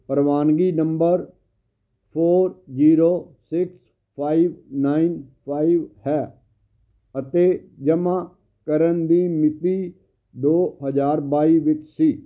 ਪ੍ਰਵਾਨਗੀ number four zero six five nine five ਹੈ ਅਤੇ ਜਮ੍ਹਾਂ ਕਰਨ ਦੀ ਮਿਤੀ ਦੋ ਹਜ਼ਾਰ ਬਾਈ ਵਿੱਚ ਸੀ